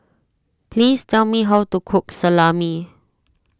please tell me how to cook Salami